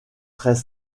très